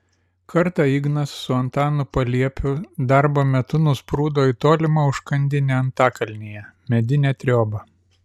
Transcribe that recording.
kartą ignas su antanu paliepiu darbo metu nusprūdo į tolimą užkandinę antakalnyje medinę triobą